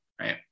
Right